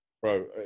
Bro